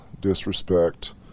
disrespect